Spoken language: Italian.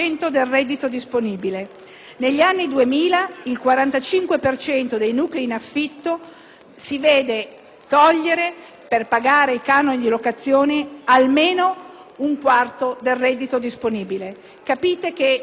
si vede togliere, per pagare i canoni di locazione, almeno un quarto del reddito disponibile. Capite che di fronte a questi dati non c'è solo la questione dell'emergenza sfratti per le categorie